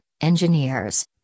engineers